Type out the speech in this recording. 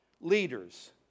leaders